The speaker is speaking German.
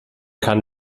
kann